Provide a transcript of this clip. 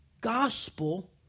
Gospel